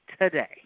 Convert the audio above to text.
today